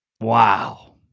Wow